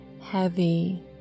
heavy